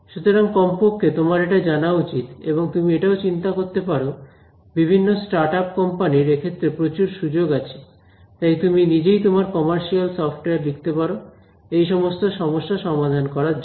সুতরাং কমপক্ষে তোমার এটা জানা উচিত এবং তুমি এটাও চিন্তা করতে পারো বিভিন্ন স্টার্টআপ কোম্পানির এক্ষেত্রে প্রচুর সুযোগ আছে তাই তুমি নিজেই তোমার কমার্শিয়াল সফটওয়্যার লিখতে পারো এই সমস্ত সমস্যা সমাধান করার জন্য